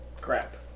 crap